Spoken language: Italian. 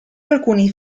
alcuni